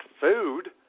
food